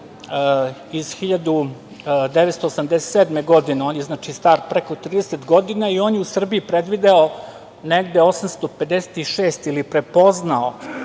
iz 1987. godine. On je star preko 30 godina i on je u Srbiji predvideo negde 856 ili prepoznao